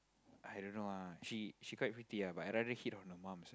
I don't know ah she she quite pretty ah but I rather hit on her mum